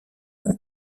vont